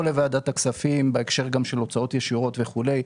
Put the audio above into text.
לוועדת הכספים גם בהקשר של הוצאות ישירות וכולי.